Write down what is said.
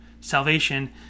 Salvation